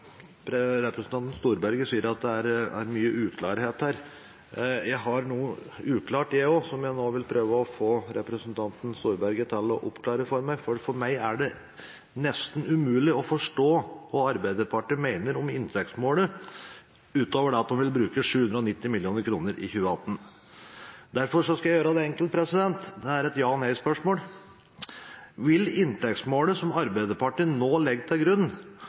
er uklart, og som jeg nå vil prøve å få representanten Storberget til å oppklare for meg. For meg er det nesten umulig å forstå hva Arbeiderpartiet mener om inntektsmålet, utover at de vil bruke 790 mill. kr i 2018. Derfor skal jeg gjøre det enkelt, det er et ja-eller-nei-spørsmål: Vil inntektsmålet som Arbeiderpartiet nå legger til grunn,